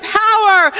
power